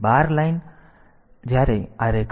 તેથી બાર લાઇન વાંચો